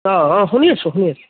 শুনি আছোঁ শুনি আছোঁ